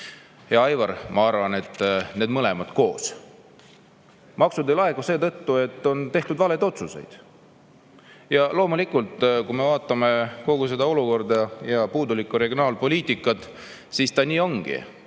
Hea Aivar, ma arvan, et need mõlemad koos. Maksud ei laeku seetõttu, et on tehtud valesid otsuseid. Ja loomulikult, kui me vaatame kogu seda olukorda ja puudulikku regionaalpoliitikat, siis nii ongi: